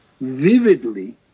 vividly